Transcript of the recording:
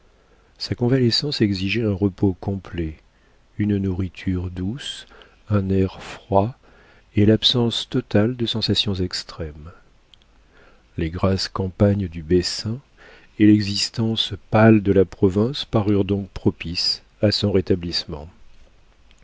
sa convalescence exigeait un repos complet une nourriture douce un air froid et l'absence totale de sensations extrêmes les grasses campagnes du bessin et l'existence pâle de la province parurent donc propices à son rétablissement